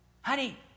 Honey